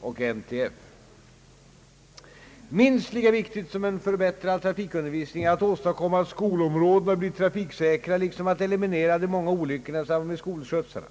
och NTF. Minst lika viktigt som en förbättrad trafikundervisning är att åstadkomma att skolområdena blir trafiksäkra liksom att eliminera de många olyckorna i samband med skolskjutsarna.